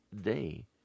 day